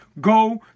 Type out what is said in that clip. go